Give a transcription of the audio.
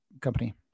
company